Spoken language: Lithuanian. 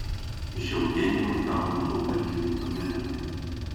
iš eugenijaus gaunu daug vertingų patarimų